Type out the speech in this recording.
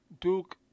Duke